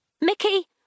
Mickey